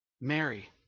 Mary